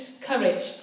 courage